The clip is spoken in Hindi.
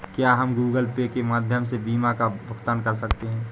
क्या हम गूगल पे के माध्यम से बीमा का भुगतान कर सकते हैं?